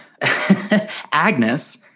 Agnes